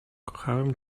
kochałem